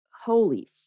Holy